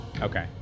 Okay